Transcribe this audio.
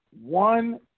one